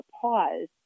pause